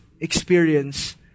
experience